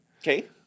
Okay